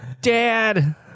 Dad